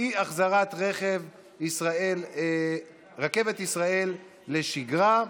אי-חזרת רכבת ישראל לשגרה,